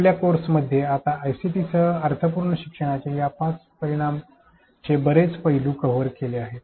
आपल्या कोर्समध्ये आपण आयसीटीसह अर्थपूर्ण शिक्षणाच्या या पाच परिमाणांचे बरेच पैलू कव्हर केले आहेत